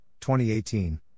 2018